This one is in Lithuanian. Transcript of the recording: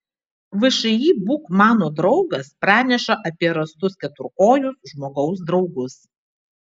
všį būk mano draugas praneša apie rastus keturkojus žmogaus draugus